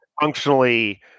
functionally